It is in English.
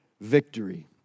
victory